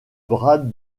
bras